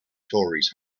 tories